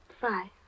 Bye